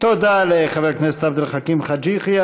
תודה לחבר הכנסת עבד אל חכים חאג' יחיא.